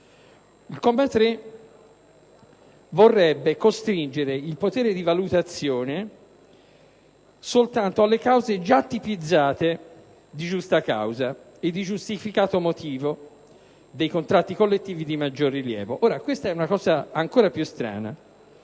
il comma 3 vorrebbe costringere il potere di valutazione soltanto alle tipizzazioni di giusta causa e di giustificato motivo presenti nei contratti collettivi di maggior rilievo. Questa è una cosa ancora più strana,